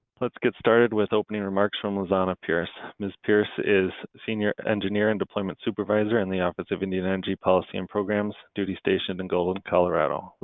let's get started with opening remarks from lizanna pierce. ms. pierce is senior engineer and deployment supervisor in the office of indian energy policy and programs, duty stationed in golden, colorado.